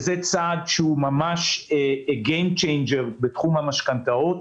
זה צעד שהוא ממש משנה משחק בתחום המשכנתאות.